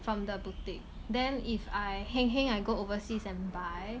from the boutique then if I heng heng I go overseas and buy